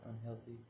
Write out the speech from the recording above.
unhealthy